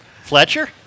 Fletcher